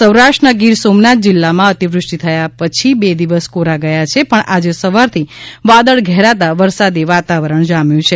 સૌરાષ્ટ્ર ના ગીર સોમનાથ જિલ્લા માં અતિ વૃષ્ટિ થયા પછી બે દિવસ કોરા ગયા છે પણ આજે સવાર થી વાદળ ઘેરાતા વરસાદી વાતાવરણ જામ્યું છે